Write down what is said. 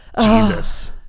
Jesus